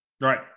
right